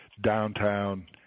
downtown